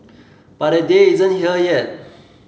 but that day isn't here yet